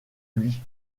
lui